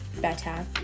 better